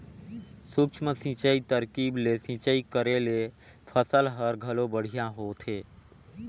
सूक्ष्म सिंचई तरकीब ले सिंचई करे ले फसल हर घलो बड़िहा होथे